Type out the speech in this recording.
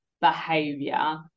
behavior